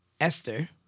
Esther